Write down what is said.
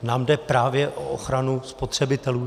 Nám jde právě o ochranu spotřebitelů.